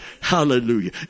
hallelujah